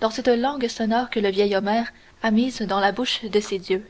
dans cette langue sonore que le vieil homère a mise dans la bouche de ses dieux